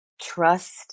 trust